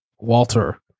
walter